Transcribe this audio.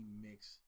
mix